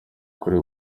kuri